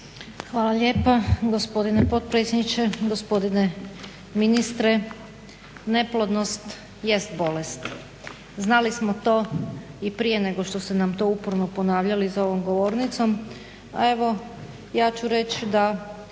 Hvala lijepa gospodine potpredsjedniče, gospodine ministre. Neplodnost jest bolest, znali smo to i prije nego što su nam to uporno ponavljali za ovom govornicom,